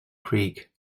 creek